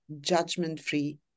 judgment-free